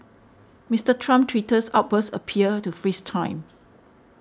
Mister Trump's Twitter outbursts appear to freeze time